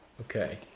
Okay